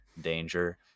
danger